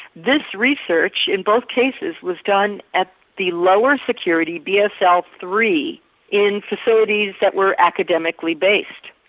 this research in both cases was done at the lower security b s l three in facilities that were academically based.